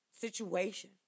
situation